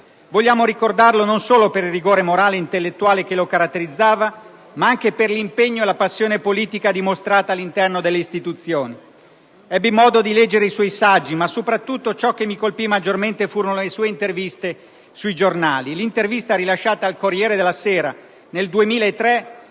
Vogliamo ricordarlo non solo per il rigore intellettuale e morale che lo caratterizzava, ma anche per l'impegno e la passione politica dimostrata all'interno delle istituzioni. Ebbi modo di leggere i suoi saggi, ma soprattutto ciò che mi colpì maggiormente furono le sue interviste riportate sui giornali. Un'intervista rilasciata al «Corriere della Sera» nel 2003